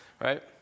Right